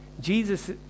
Jesus